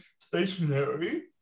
stationary